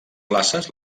places